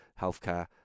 healthcare